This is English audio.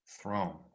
throne